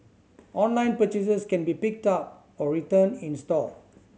online purchases can be picked up or returned in store